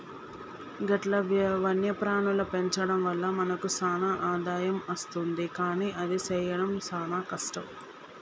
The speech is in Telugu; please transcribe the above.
గట్ల వన్యప్రాణుల పెంచడం వల్ల మనకు సాన ఆదాయం అస్తుంది కానీ అది సెయ్యడం సాన కష్టం